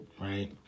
right